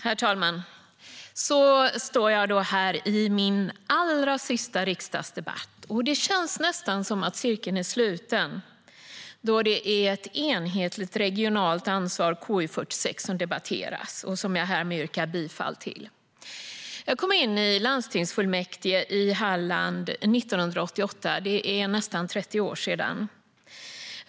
Herr talman! Så står jag då här i min allra sista riksdagsdebatt. Det känns nästan som om cirkeln är sluten, eftersom det är Ett enhetligt regio nalt utvecklingsansvar , KU46, som debatteras, och jag vill yrka bifall till utskottets förslag i betänkandet. Jag kom in i landstingsfullmäktige i Halland 1988. Det är nästan 30 år sedan.